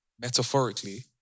metaphorically